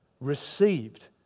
received